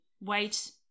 wait